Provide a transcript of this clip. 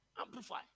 Amplify